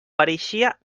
pareixia